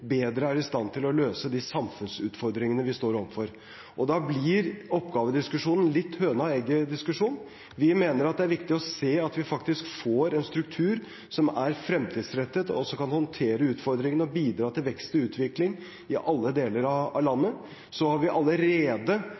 bedre er i stand til å løse de samfunnsutfordringene vi står overfor. Da blir oppgavediskusjonen litt høna-og-egget-diskusjon. Vi mener at det er viktig å se at vi faktisk får en struktur som er fremtidsrettet, og som kan håndtere utfordringene og bidra til vekst og utvikling i alle deler av landet. Så har vi allerede